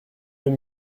même